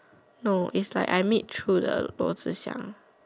no is like I meet through the Luo-Zi-Xiang